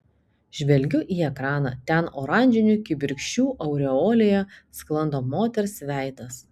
žvelgiu į ekraną ten oranžinių kibirkščių aureolėje sklando moters veidas